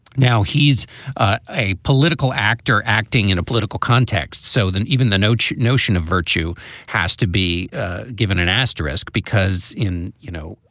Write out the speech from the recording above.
now he's ah a political actor acting in a political context. so then even the noge notion of virtue has to be given an asterisk, because in, you know,